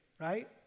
Right